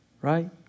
Right